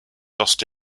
lost